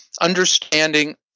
understanding